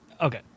Okay